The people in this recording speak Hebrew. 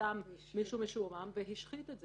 סתם מישהו משועמם והשחית את זה.